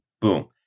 Boom